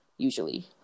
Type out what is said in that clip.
usually